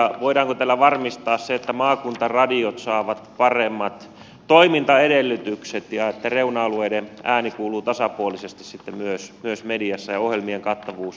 voidaanko tällä varmistaa se että maakuntaradiot saavat paremmat toimintaedellytykset ja että reuna alueiden ääni kuuluu tasapuolisesti sitten myös mediassa ja ohjelmien tarjonta on kattavaa ja mielenkiintoista